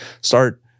Start